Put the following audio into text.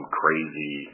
crazy